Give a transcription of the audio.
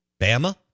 Bama